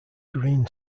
green